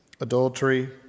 adultery